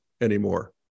anymore